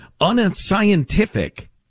unscientific